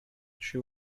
she